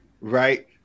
right